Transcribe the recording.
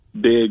big